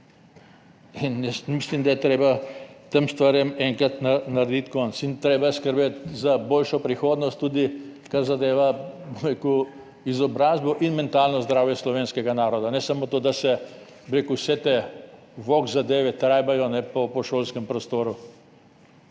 Jaz mislim, da je treba tem stvarem enkrat narediti konec. Treba je skrbeti za boljšo prihodnost, tudi kar zadeva izobrazbo in mentalno zdravje slovenskega naroda. Ne samo to, da se, bi rekel, vse te vogue zadeve vlačijo po šolskem prostoru.